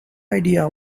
idea